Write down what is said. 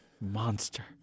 monster